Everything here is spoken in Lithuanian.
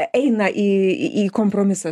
eina į į kompromisą